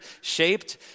shaped